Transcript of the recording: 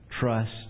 trust